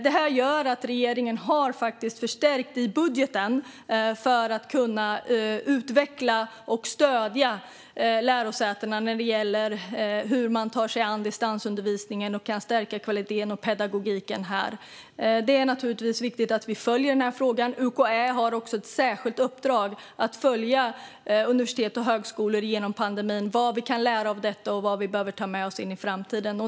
Detta gör att regeringen har förstärkt i budgeten för att kunna utveckla och stödja lärosätena när det gäller hur man tar sig an distansundervisningen och hur man kan stärka kvaliteten och pedagogiken. Det är naturligtvis viktigt att vi följer denna fråga. UKÄ har också ett särskilt uppdrag att följa universitet och högskolor genom pandemin för att komma fram till vad vi kan lära och vad vi behöver ta med oss in i framtiden.